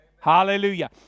Hallelujah